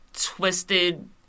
twisted